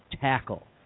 tackle